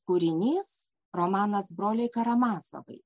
kūrinys romanas broliai karamazovai